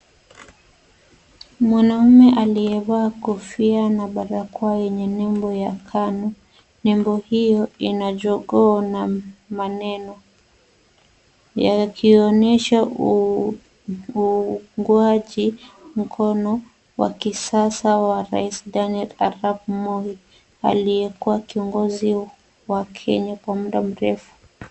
Mwanamume aliyevaa kofia na barakoa yenye nembo ya Kanu. Nembo hiyo ina maneno yakionyesha uungaji wa kisiasa wa Rais Daniel Arap Moi aliyekuwa kiongozi wa Kenya kwa muda mrefu.